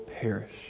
perish